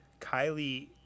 Kylie